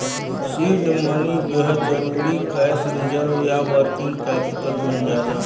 seed money बेहद जरुरी cash reserve या वर्किंग कैपिटल बन जाला